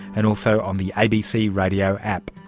and also on the abc radio app.